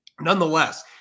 nonetheless